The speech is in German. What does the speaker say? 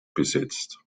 besetzt